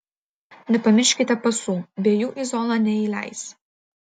nepamirškite pasų be jų į zoną neįleis